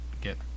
get